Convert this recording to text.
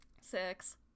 Six